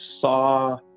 saw